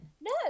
No